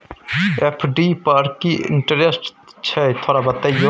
FD पर की interest छय थोरा बतईयो?